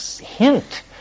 hint